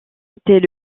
était